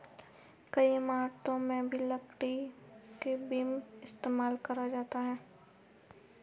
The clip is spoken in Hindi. कई इमारतों में भी लकड़ी के बीम का इस्तेमाल करा जाता है